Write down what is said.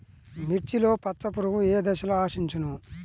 మిర్చిలో పచ్చ పురుగు ఏ దశలో ఆశించును?